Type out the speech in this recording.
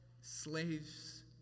slaves